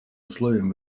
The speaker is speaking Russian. условием